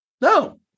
No